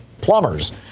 plumbers